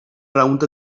rownd